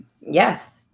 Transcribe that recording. Yes